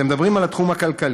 אתם מדברים על התחום הכלכלי,